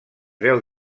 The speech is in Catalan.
veu